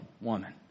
woman